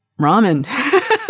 ramen